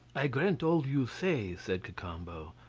i grant all you say, said cacambo,